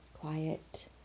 quiet